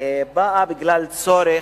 באה בגלל צורך,